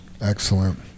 Excellent